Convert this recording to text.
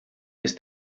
ist